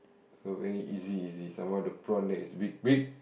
okay so very easy easy some more the prawn that is big big